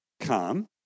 come